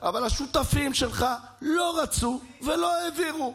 אבל השותפים שלך לא רצו ולא העבירו.